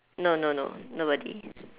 no no no nobody